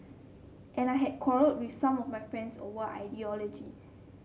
and I had quarrelled with some of my friends over ideology